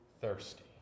thirsty